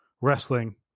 wrestling